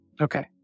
Okay